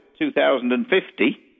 2050